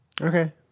Okay